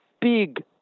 big